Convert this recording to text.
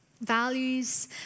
Values